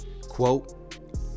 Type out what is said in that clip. Quote